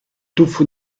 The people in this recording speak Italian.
tuffo